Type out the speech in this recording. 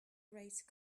race